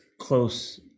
close